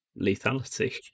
lethality